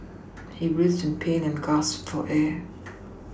he writhed in pain and gasped for air